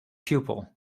pupil